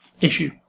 issue